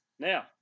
Now